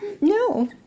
No